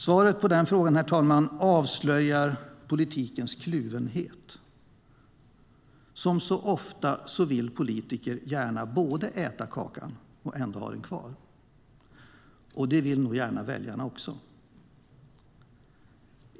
Svaret på den frågan avslöjar politikens kluvenhet. Som så ofta vill politikerna gärna både äta kakan och ha den kvar. Och det vill nog gärna väljarna också.